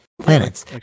planets